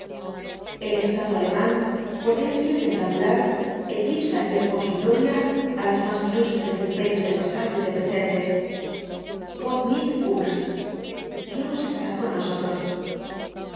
el estado alemán potencia tentacular eclipsaría con su gloria á los más ilustres imperios del pasado y del presente gott mü uns dios está con nosotros